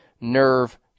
Nerve